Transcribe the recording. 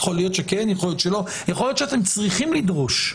יכול להיות שאתם צריכים לדרוש,